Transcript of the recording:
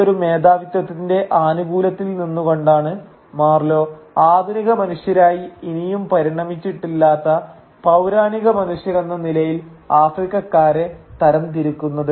ഈയൊരു മേധാവിത്വത്തിന്റെ ആനുകൂല്യത്തിൽ നിന്നുകൊണ്ടാണ് മാർലോ ആധുനിക മനുഷ്യരായി ഇനിയും പരിണമിച്ചിട്ടില്ലാത്ത പൌരാണിക മനുഷ്യരെന്ന നിലയിൽ ആഫ്രിക്കക്കാരെ തരം തിരിക്കുന്നത്